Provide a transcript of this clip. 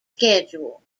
schedule